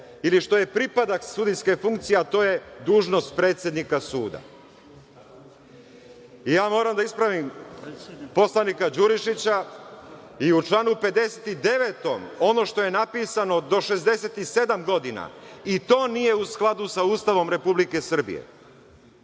ili što je pripadak sudijske funkcije, a to je dužnost predsednika suda. Moram da ispravim poslanika Đurišića i u članu 59. ono što je napisano do 67 godina i to nije u skladu sa Ustavom Republike Srbije.